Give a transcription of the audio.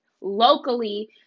locally